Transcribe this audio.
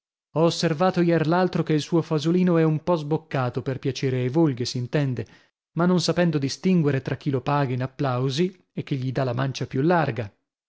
ho osservato ier l'altro che il suo fasolino è un po sboccato per piacere ai volghi s'intende ma non sapendo distinguere tra chi lo paga in applausi e chi gli da la mancia più larga